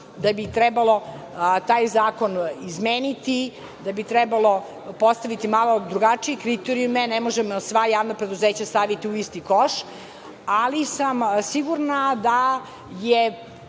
da bi trebalo taj zakon izmeniti, da bi trebalo postaviti malo drugačije kriterijume. Ne možemo sva javna preduzeća staviti u isti koš, ali samsigurna da je